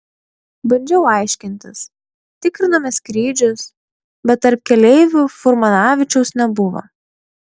bandžiau aiškintis tikrinome skrydžius bet tarp keleivių furmanavičiaus nebuvo